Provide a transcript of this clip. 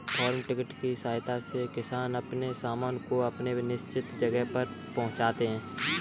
farm truck की सहायता से किसान अपने सामान को अपने निश्चित जगह तक पहुंचाते हैं